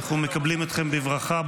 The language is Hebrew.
אנו מקבלים אתכם בברכה.